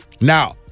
Now